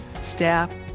staff